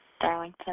Darlington